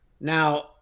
Now